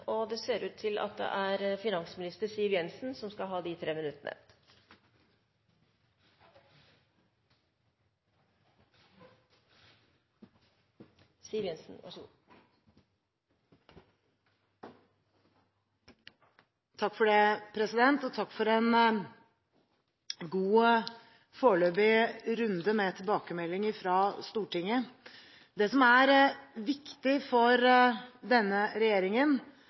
Det ser ut til at det er finansminister Siv Jensen som skal ha de tre minuttene. Takk for en god foreløpig runde med tilbakemeldinger fra Stortinget. Det som er viktig for denne regjeringen,